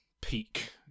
peak